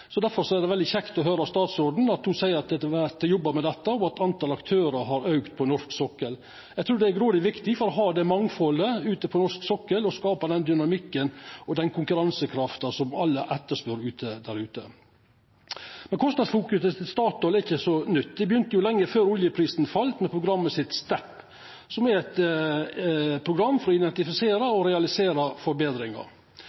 er det veldig kjekt å høyra at statsråden seier at det vert jobba med dette, og at talet på aktørar på norsk sokkel har auka. Eg trur det er grådig viktig å ha dette mangfaldet ute på norsk sokkel, og skapa den dynamikken og den konkurransekrafta som alle etterspør ute, der ute. Kostnadsfokuseringa til Statoil er ikkje ny. Ho begynte lenge før oljeprisen fall, med programmet STEP, som er eit program for å identifisera